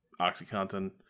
OxyContin